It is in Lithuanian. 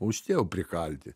o šitie jau prikalti